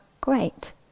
great